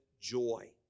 joy